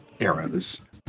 arrows